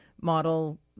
model